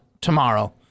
tomorrow